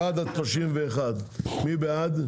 סעיף 15. מי בעד?